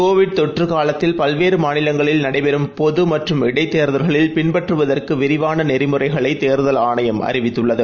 Covid தொற்றுகாலத்தில் பல்வேறுமாநிலங்களில் நடைபெறும் பொதுமற்றும் இடைத்தேர்தல்களில் பின்பற்றுவதற்குவிரிவானநெறிமுறைகளைதேர்தல் ஆணையம் அறிவித்துள்ளது